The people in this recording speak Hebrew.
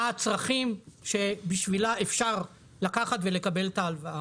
מה הצרכים שבשבילה אפשר לקחת ולקבל את ההלוואה.